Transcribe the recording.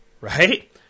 right